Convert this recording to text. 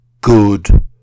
good